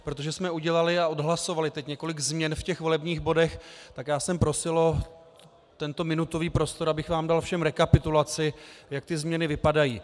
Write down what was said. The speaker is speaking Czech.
Protože jsme udělali a odhlasovali několik změn ve volebních bodech, tak jsem prosil o tento minutový prostor, abych vám dal všem rekapitulaci, jak ty změny vypadají.